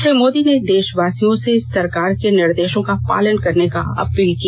श्री मोदी ने देशवासियों से सरकार के निर्देशों का पालन करने की अपील की